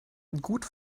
gut